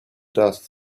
dust